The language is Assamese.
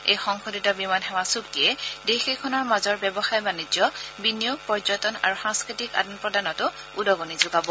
এই সংশোধিত বিমান সেৱা চুক্তিয়ে দেশকেইখনৰ মাজৰ ব্যৱসায় বাণিজ্য বিনিয়োগ পৰ্যটন আৰু সাংস্কৃতিক আদান প্ৰদানত উদগনি যোগাব